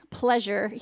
pleasure